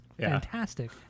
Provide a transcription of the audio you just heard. fantastic